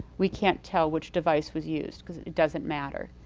we can't tell which device was used because it it doesn't matter.